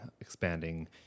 expanding